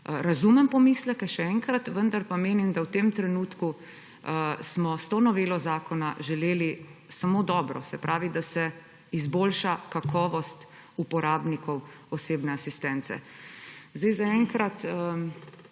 Razumem pomisleke, še enkrat, vendar pa menim, da v tem trenutku smo s to novelo zakona želeli samo dobro, da se izboljša kakovost uporabnikov osebne asistence. Zaenkrat